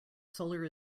solar